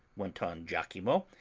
went on lachimo,